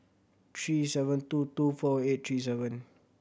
three seven two two four eight three seven